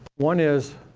one is,